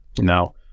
No